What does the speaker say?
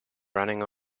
running